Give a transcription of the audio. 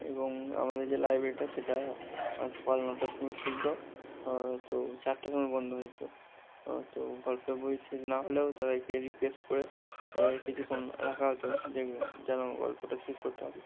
এবং আমাদের যে লাইব্রেরিটা সেটা সকাল নটার সময় খুলতো তো চারটের সময় বন্ধ হয়ে যেত তো গল্পের বই শেষ না হলেও তাদেরকে রিকোয়েস্ট করে কিছুক্ষণ রাখা হতো যেন গল্পটা শেষ করতে পারি